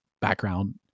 background